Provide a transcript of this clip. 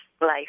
Life